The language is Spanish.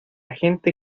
gente